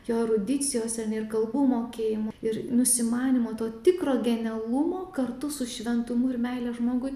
jo erudicijos ane ir kalbų mokėjimu ir nusimanymo to tikro genialumo kartu su šventumu ir meile žmogui